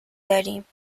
داریم